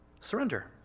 surrender